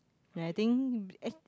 and I think eh